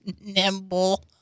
Nimble